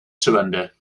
surrender